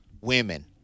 women